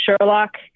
Sherlock